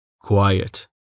Quiet